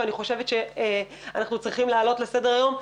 ואני חושבת שאנחנו צריכים להעלות אותם לסדר-היום.